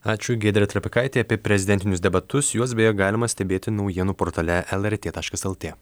ačiū giedrė trapikaitė apie prezidentinius debatus juos beje galima stebėti naujienų portale lrt taškas lt